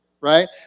right